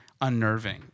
unnerving